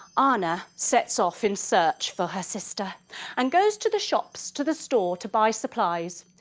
anna sets off in search for her sister and goes to the shops, to the store to buy supplies.